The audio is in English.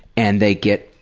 and they get